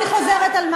אני מתנגדת.